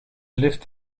lift